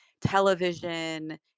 television